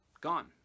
gone